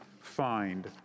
find